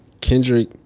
Kendrick